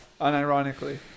Unironically